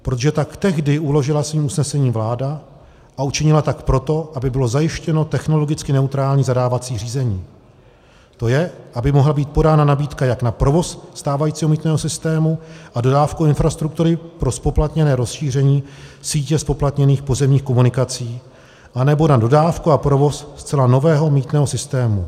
Protože tak tehdy uložila svým usnesením vláda, a učinila tak proto, aby bylo zajištěno technologicky neutrální zadávací řízení, tj. aby mohla být podána nabídka jak na provoz stávajícího mýtného systému a dodávku infrastruktury pro zpoplatněné rozšíření sítě zpoplatněných pozemních komunikací, anebo na dodávku a provoz zcela nového mýtného systému.